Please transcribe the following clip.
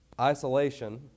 isolation